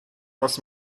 aus